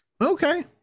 okay